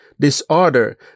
disorder